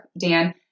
Dan